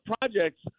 projects